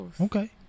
Okay